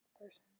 person